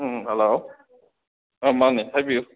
ꯎꯝ hello ꯑꯥ ꯃꯥꯟꯅꯦ ꯍꯥꯏꯕꯤꯌꯨ